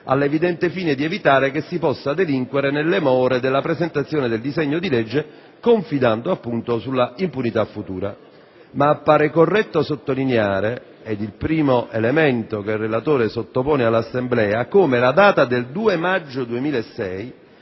all'evidente fine di evitare che si possa delinquere nelle more della presentazione del disegno di legge, confidando appunto sulla impunità futura. Tuttavia, appare corretto sottolineare - ed è il primo elemento che il relatore sottopone all'Assemblea - come la data del 2 maggio 2006